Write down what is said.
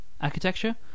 architecture